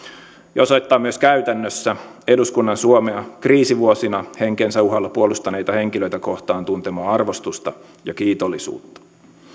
ja osoittaa myös käytännössä eduskunnan suomea kriisivuosina henkensä uhalla puolustaneita henkilöitä kohtaan tuntemaa arvostusta ja kiitollisuutta